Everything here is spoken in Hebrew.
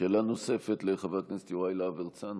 שאלה נוספת, לחבר הכנסת יוראי להב הרצנו,